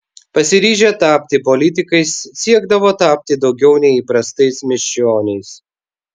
pasiryžę tapti politikais siekdavo tapti daugiau nei įprastais miesčioniais